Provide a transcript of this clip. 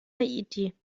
haiti